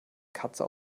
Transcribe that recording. katze